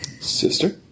sister